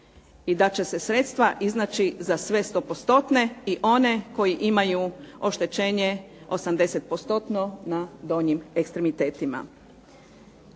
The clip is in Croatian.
i da će se sredstva iznaći za sve sto postotne i one koji imaju oštećenje 80% na donjim ekstremitetima.